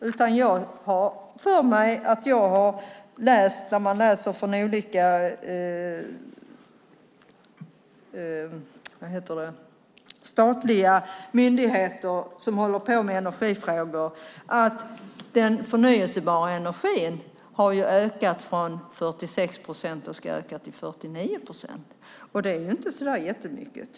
Jag har för mig när jag läst från olika statliga myndigheter som håller på med energifrågor att den förnybara energin ska öka från 46 procent till 49 procent. Det är inte så jättemycket.